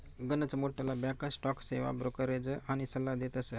गनच मोठ्ठला back stock सेवा ब्रोकरेज आनी सल्ला देतस